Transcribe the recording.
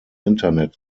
internet